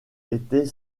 était